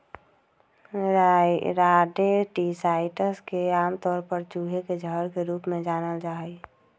rodenticides के आमतौर पर चूहे के जहर के रूप में जानल जा हई